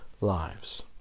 lives